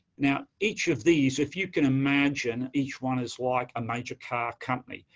now, each of these, if you can imagine, each one is like a major car company.